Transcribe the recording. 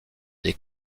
des